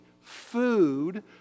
Food